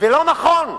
ולא נכון.